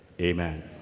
Amen